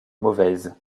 mauvaise